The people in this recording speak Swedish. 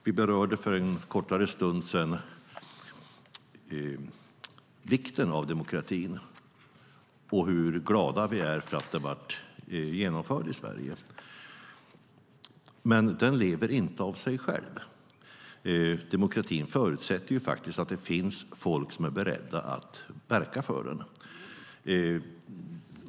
Vi berörde för en kortare stund sedan vikten av demokratin och hur glada vi är för att den blev genomförd i Sverige, men den lever inte av sig själv. Demokratin förutsätter faktiskt att det finns folk som är beredda att verka för den.